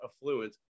affluent